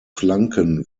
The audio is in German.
flanken